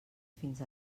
fins